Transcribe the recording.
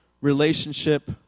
relationship